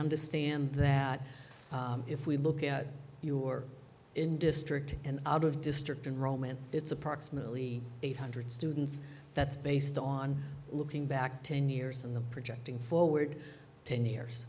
understand that if we look at your in district and out of district in rome and it's approximately eight hundred students that's based on looking back ten years in the projecting forward ten years